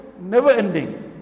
never-ending